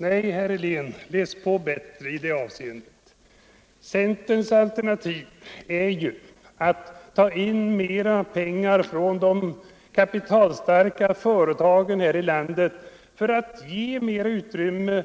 Nej, herr Helén, läs på bättre i det avseendet! Centerns alternativ är att vi skall ta in mera pengar från de kapitalstarka företagen i landet och ge större utrymme